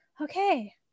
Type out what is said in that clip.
okay